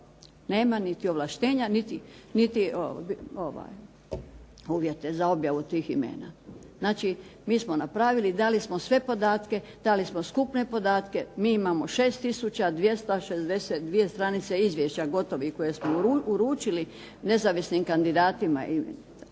Nema niti ovlaštenja niti uvjete za objavu tih imena. Znači, mi smo napravili, dali smo sve podatke, dali smo skupne podatke. Mi imamo 6262 stranice izvješća gotovih koje smo uručili nezavisnim kandidatima, tako